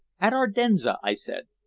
at ardenza, i said.